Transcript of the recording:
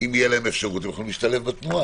אם תהיה להם אפשרות, הם יכולים להשתלב בתנועה?